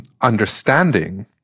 understanding